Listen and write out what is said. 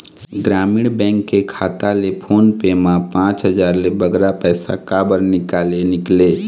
ग्रामीण बैंक के खाता ले फोन पे मा पांच हजार ले बगरा पैसा काबर निकाले निकले?